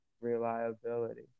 reliability